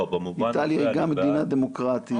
איטליה היא גם מדינה דמוקרטית.